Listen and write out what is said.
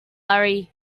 hurry